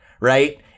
right